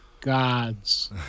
gods